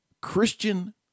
Christian